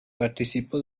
participó